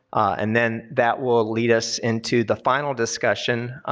and then that will lead us into the final discussion